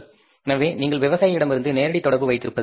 எனவே நீங்கள் விவசாயியுடன் நேரடி தொடர்பு வைத்திருப்பது நல்லது